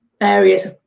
areas